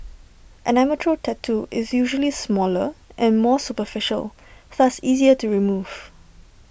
an amateur tattoo is usually smaller and more superficial thus easier to remove